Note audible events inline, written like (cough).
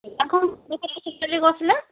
দোকানখন (unintelligible) বুলি কৈছিলে